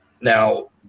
now